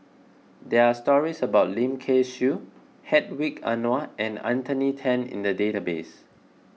there are stories about Lim Kay Siu Hedwig Anuar and Anthony Tan in the database